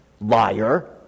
liar